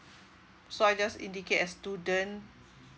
so I just indicate as student